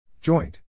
Joint